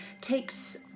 takes